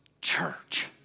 church